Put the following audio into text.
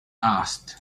asked